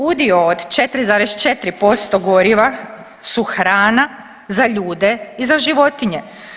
Udio od 4,4% goriva su hrana za ljude i za životinje.